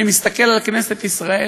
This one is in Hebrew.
אני מסתכל על כנסת ישראל,